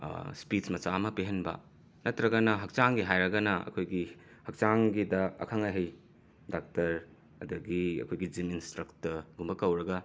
speech ꯃꯆꯥ ꯑꯃ ꯄꯤꯍꯟꯕ ꯅꯠꯇ꯭ꯔꯒꯅ ꯍꯛꯆꯥꯡꯒꯤ ꯍꯥꯏꯔꯒꯅ ꯑꯩꯈꯣꯏꯒꯤ ꯍꯛꯆꯥꯡꯒꯤꯗ ꯑꯈꯪ ꯑꯍꯩ ꯗꯥꯛꯇꯔ ꯑꯗꯒꯤ ꯑꯩꯈꯣꯏꯒꯤ ꯖꯤꯝ ꯏꯟꯁꯇ꯭ꯔꯛꯇꯔꯒꯨꯝꯕ ꯀꯧꯔꯒ